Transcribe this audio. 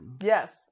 Yes